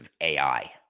AI